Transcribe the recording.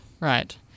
Right